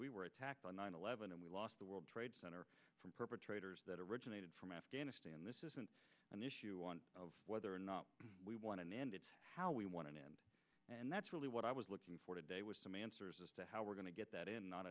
we were attacked on nine eleven and we lost the world trade center from perpetrators that originated from afghanistan this isn't an issue of whether or not we want an end it's how we want to end and that's really what i was looking for today was some answers as to how we're going to get that in